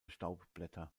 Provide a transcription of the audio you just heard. staubblätter